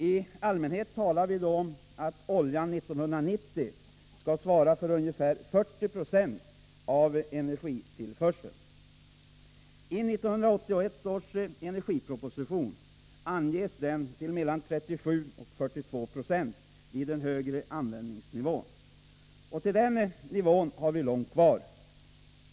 I allmänhet talar vi då om att oljan 1990 skall svara för ungefär 40 90 av energitillförseln. I 1981 års energiproposition anges oljeandelen till 37-42 vid den högre användningsnivån. Till den nivån har vi långt kvar.